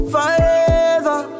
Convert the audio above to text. Forever